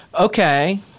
Okay